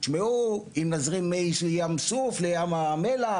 תשמעו אם נזרים מי ים סוף לים המלח,